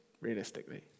realistically